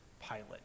pilot